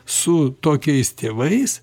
su tokiais tėvais